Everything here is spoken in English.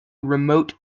remote